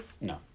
No